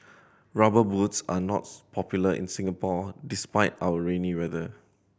Rubber Boots are not popular in Singapore despite our rainy weather